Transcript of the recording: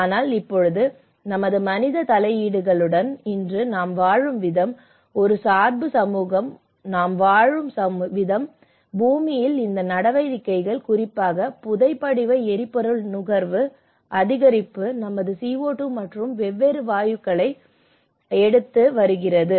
ஆனால் இப்போது நமது மனித தலையீடுகளுடன் இன்று நாம் வாழும் விதம் ஒரு சார்பு சமூகமாக நாம் வாழும் விதம் பூமியில் இந்த நடவடிக்கைகள் குறிப்பாக புதைபடிவ எரிபொருள் நுகர்வு அதிகரிப்பது நமது CO2 மற்றும் வெவ்வேறு வாயுக்களை எடுத்து வருகிறது